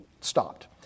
stopped